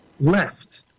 left